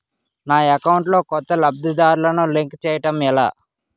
నా అకౌంట్ లో కొత్త లబ్ధిదారులను లింక్ చేయటం ఎలా?